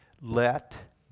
let